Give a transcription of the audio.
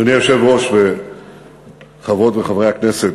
אדוני היושב-ראש, חברות וחברי הכנסת,